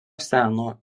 seno